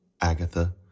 Agatha